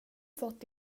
fått